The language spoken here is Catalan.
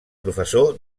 professor